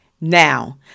Now